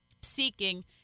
seeking